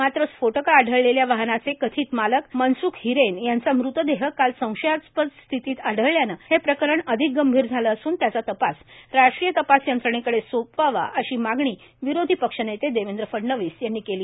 मात्र स्फोटकं आढळलेल्या वाहनाचे कथित मालक मनस्ख हिरेन यांचा मृतदेह काल संशयास्पद स्थितीत आढळल्यानं हे प्रकरण अधिक गंभीर झालं असून त्याचा तपास राष्ट्रीय तपास यंत्रणेकडे सोपवावा अशी मागणी विरोधी पक्षनेते देवेंद्र फडणवीस यांनी केली